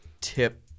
tip